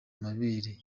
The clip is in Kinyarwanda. amabere